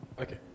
Okay